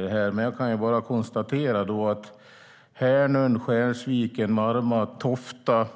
Låt mig konstatera att Härnön, Skärsviken, Marma, Tofta,